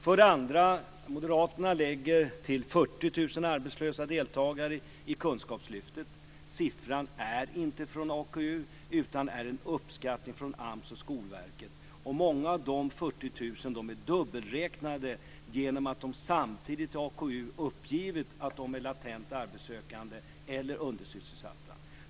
För det andra: Moderaterna lägger till 40 000 arbetslösa deltagare i Kunskapslyftet. Siffran kommer inte från AKU utan är en uppskattning från AMS och Skolverket. Många av dessa 40 000 är dubbelräknade genom att de samtidigt till AKU uppgivit att de är latent arbetssökande eller undersysselsatta.